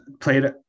played